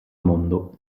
mondo